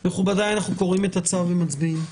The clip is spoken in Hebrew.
מכובדי, אנחנו קוראים את הצו ומצביעים.